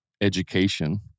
education